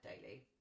daily